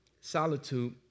Solitude